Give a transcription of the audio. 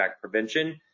prevention